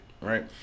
Right